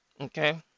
Okay